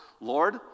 Lord